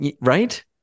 right